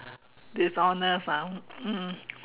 dishonest ah mm